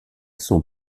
son